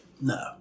No